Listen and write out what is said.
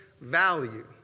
value